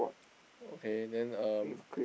okay then um